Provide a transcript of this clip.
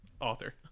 author